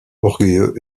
orgueilleux